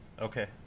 Okay